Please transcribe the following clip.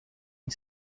une